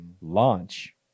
launch